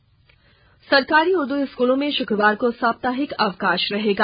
school अवका ा सरकारी उर्दू स्कूलों में शुक्रवार को साप्ताहिक अवकाश रहेगा